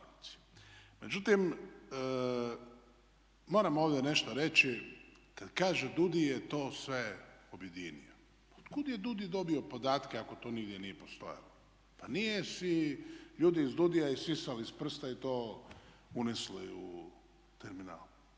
Međutim, moram ovdje nešto reći kad kaže DUDI je to sve objedinio. Pa od kud je DUDI dobio podatke, ako to nigdje nije postojalo? Pa nije si ljudi iz DUUDI-a isisali iz prsta i to unesli u terminal.